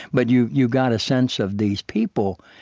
but you you got a sense of these people.